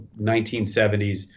1970s